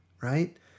right